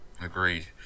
Agreed